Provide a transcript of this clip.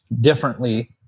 differently